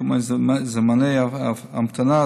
כגון זמני המתנה,